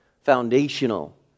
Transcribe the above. foundational